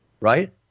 right